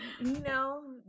No